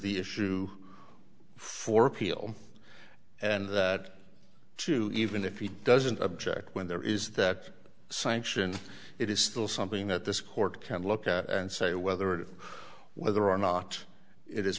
the issue for appeal and that too even if it doesn't object when there is that sanction it is still something that this court can look at and say whether or whether or not it is